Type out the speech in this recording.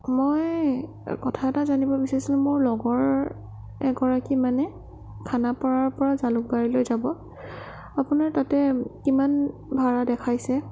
মই কথা এটা জানিব বিচাৰিছিলোঁ মোৰ লগৰ এগৰাকী মানে খানাপাৰাৰ পৰা জালুকবাৰীলৈ যাব আপোনাৰ তাতে কিমান ভাৰা দেখাইছে